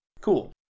Cool